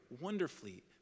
wonderfully